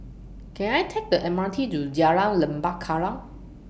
Can I Take The M R T to Jalan Lembah Kallang